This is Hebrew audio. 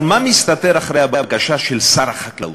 אבל מה מסתתר מאחורי הבקשה של שר החקלאות?